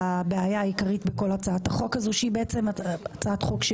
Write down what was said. יבוא סעיף קטן (ב2) שיקבע 'חרף